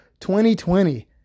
2020